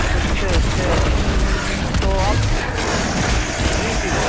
اچھا اچھا تو آپ کی جی جی